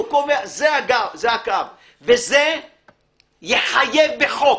הוא קובע, זה הקו, וזה יחייב בחוק